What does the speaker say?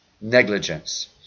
negligence